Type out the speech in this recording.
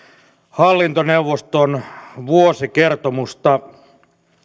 hallintoneuvoston vuosikertomusta